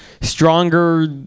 stronger